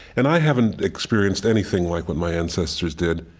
and i haven't experienced anything like what my ancestors did.